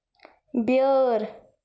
بیٲر